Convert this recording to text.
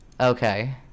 Okay